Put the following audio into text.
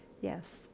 Yes